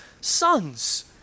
sons